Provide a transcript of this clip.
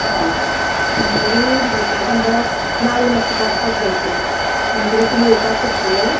हय म्हणटरी भाटाक आमकां नाल्ल मात्शे पाडपाक जाय आशिल्ले म्हणटरी तुमी येवपाक शकतले